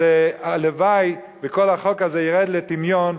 אז הלוואי שכל החוק הזה ירד לטמיון,